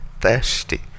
thirsty